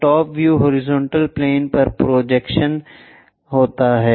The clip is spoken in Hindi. तो टॉप व्यू हॉरिजॉन्टल प्लेन पर प्रोजेक्शन्स है